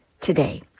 today